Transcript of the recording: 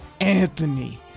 Anthony